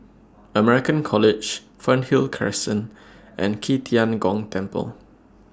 American College Fernhill Crescent and Qi Tian Gong Temple